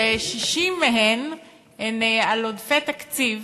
ש-60 מהן הן על עודפי תקציב,